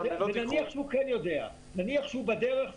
שנאמר פה נניח שמתקבלת קריאה במוקד.